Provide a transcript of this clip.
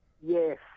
yes